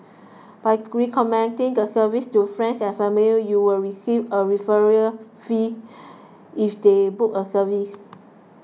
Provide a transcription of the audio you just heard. by recommending the service to friends and family you will receive a referral fee if they book a service